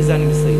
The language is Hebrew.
ובזה אני מסיים.